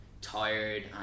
tired